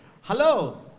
hello